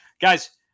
Guys